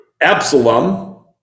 Absalom